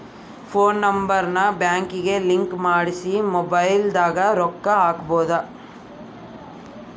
phone number ನ ಬ್ಯಾಂಕಿಗೆ link ಮಾಡ್ಸಿ ಮೊಬೈಲದಾಗ ರೊಕ್ಕ ಹಕ್ಬೊದು